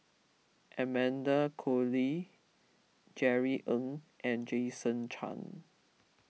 Amanda Koe Lee Jerry Ng and Jason Chan